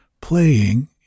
playing